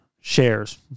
Shares